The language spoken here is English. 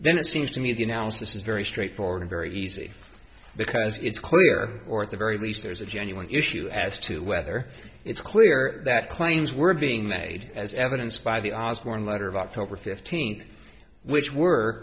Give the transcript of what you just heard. then it seems to me the analysis is very straightforward very easy because it's clear or at the very least there's a genuine issue as to whether it's clear that claims were being made as evidenced by the osbourne letter of october fifteenth which were